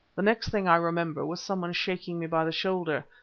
the next thing i remember was someone shaking me by the shoulder.